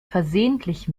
versehentlich